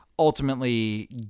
ultimately